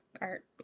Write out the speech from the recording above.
art